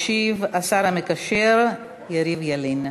ישיב השר המקשר יריב לוין.